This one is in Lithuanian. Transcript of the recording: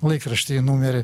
laikrašty į numerį